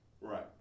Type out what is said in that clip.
Right